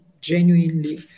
genuinely